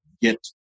get